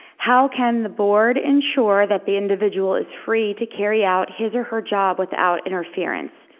how can the board ensure that the individual is free to carry out his or her job without interference?